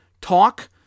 talk